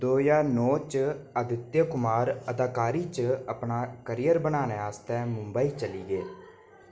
दो ज्हार नौ च आदित्य कुमार अदाकारी च अपना करियर बनाने आस्तै मुंबई चली गे